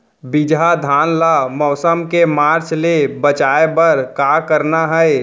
बिजहा धान ला मौसम के मार्च ले बचाए बर का करना है?